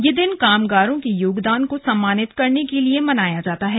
यह दिन कामगारों के योगदान को सम्मानित करने के लिए मनाया जाता है